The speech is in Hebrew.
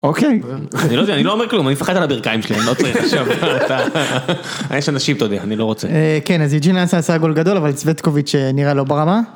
אוקיי, אני לא אומר כלום, אני מפחד על הברכיים שלי, אני לא צריך עכשיו, יש אנשים, אתה יודע, אני לא רוצה. כן, אז יוג'ין אנסה עשה גול גדול, אבל סבטקוביץ' נראה לא ברמה.